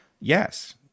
yes